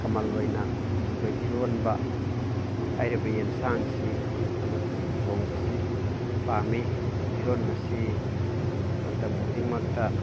ꯀꯃꯟ ꯑꯣꯏꯅ ꯑꯩꯈꯣꯏ ꯏꯔꯣꯟꯕ ꯍꯥꯏꯔꯤꯕ ꯌꯦꯟꯁꯥꯡꯁꯤ ꯌꯥꯝꯅ ꯊꯣꯡꯕꯁꯤ ꯄꯥꯝꯃꯤ ꯏꯔꯣꯟꯕꯁꯤ ꯃꯇꯝ ꯈꯨꯗꯤꯡꯃꯛꯇ